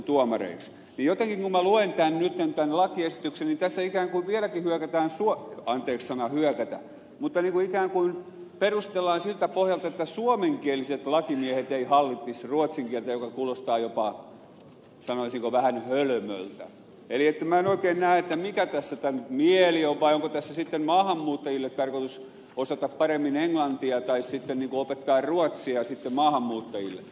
jotenkin kun minä luen nyt tämän lakiesityksen niin tässä ikään kuin vieläkin hyökätään anteeksi sana hyökätä mutta ikään kuin perustellaan siltä pohjalta että suomenkieliset lakimiehet eivät hallitsisi ruotsin kieltä mikä kuulostaa jopa sanoisinko vähän hölmöltä eli minä en oikein näe mikä tässä tämän mieli on vai onko tässä maahanmuuttajia varten tarkoitus osata paremmin englantia tai sitten opettaa ruotsia maahanmuuttajille